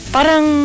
Parang